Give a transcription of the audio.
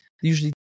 usually